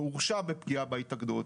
והורשע בפגיעה בהתאגדות,